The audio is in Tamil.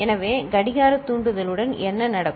எனவே கடிகார தூண்டுதலுடன் என்ன நடக்கும்